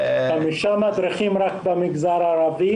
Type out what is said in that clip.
חמישה מדריכים רק במגזר הערבי.